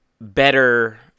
better